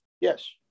Yes